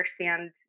understand